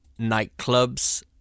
nightclubs